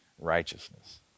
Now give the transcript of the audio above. Righteousness